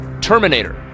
Terminator